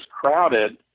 crowded